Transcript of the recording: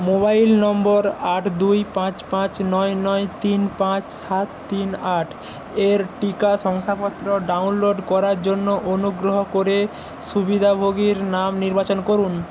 mobile নম্বর আট দুই পাঁচ পাঁচ নয় নয় তিন পাঁচ সাত তিন আট এর টিকা শংসাপত্র ডাউনলোড করার জন্য অনুগ্রহ করে সুবিধাভোগীর নাম নির্বাচন করুন